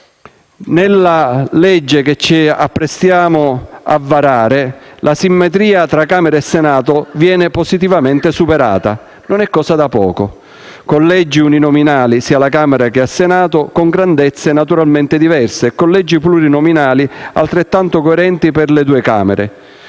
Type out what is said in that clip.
Nella legge che ci apprestiamo a varare, l'asimmetria tra Camera e Senato viene positivamente superata: non è cosa da poco. Collegi uninominali sia alla Camera che al Senato, con grandezze naturalmente diverse, e collegi plurinominali, altrettanto coerenti, per le due Camere.